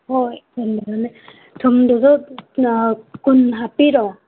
ꯍꯣꯏ ꯊꯨꯝꯗꯨꯒ ꯀꯨꯟ ꯍꯥꯞꯄꯤꯔꯣ